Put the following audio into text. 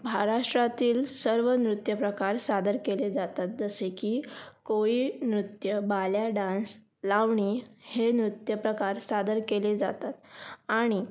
महाराष्ट्रातील सर्व नृत्यप्रकार सादर केले जातात जसे की कोळी नृत्य बाल्या डान्स लावणी हे नृत्यप्रकार सादर केले जातात आणि